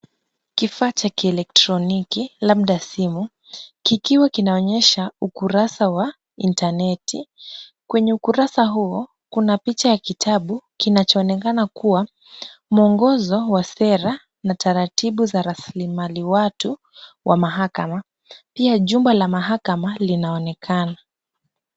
Kifaa cha kielektroniki labda simu kikiwa kinaonyesha ukurasa wa interneti. Kwenye ukurasa huo kuna picha ya kitabu kinachoonekana kuwa mwongozo wa sera na taratibu za rasilimali watu wa mahakama. Pia jumba la mahakama linaonekana.